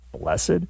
blessed